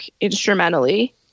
instrumentally